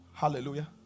Hallelujah